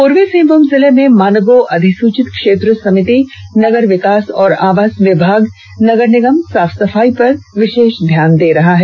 पूर्वी सिंहभूम जिले में मानगो अधिसूचित क्षेत्र समिति नगर विकास एवं आवास विभाग और नगर निगम साफ सफाई पर विशेष ध्यान दे रहा है